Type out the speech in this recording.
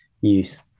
use